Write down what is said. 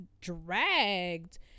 dragged